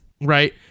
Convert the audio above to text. right